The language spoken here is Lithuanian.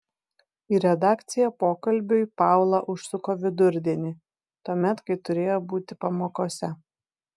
į redakciją pokalbiui paula užsuko vidurdienį tuomet kai turėjo būti pamokose